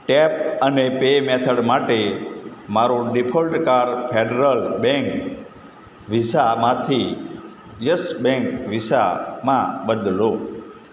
tap અને pay method માટે મારું ડીફોલ્ટ કાર્ડ ફેડરલ બેંક વિસામાંથી યસ બેંક વિસામાં બદલો